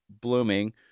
blooming